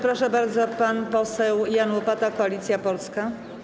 Proszę bardzo, pan poseł Jan Łopata, Koalicja Polska.